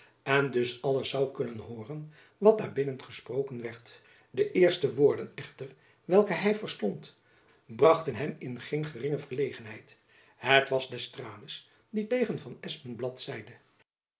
en dus alles zoû kunnen hooren wat daar binnen gesproken werd de eerste woorden echter welke hy verstond brachten hem in geen geringe verlegenheid het was d'estrades die tegen van espenblad zeide